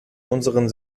unseren